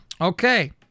Okay